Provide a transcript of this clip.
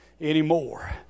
anymore